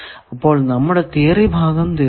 അപ്പോൾ നമ്മുടെ തിയറി ഭാഗം തീർന്നു